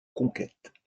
conquêtes